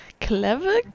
Clever